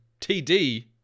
TD